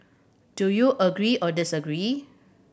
do you agree or disagree